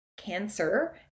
cancer